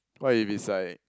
what if is like